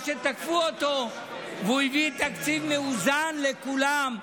שתקפו אותו והוא הביא תקציב מאוזן לכולם.